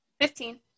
Fifteen